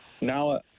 Now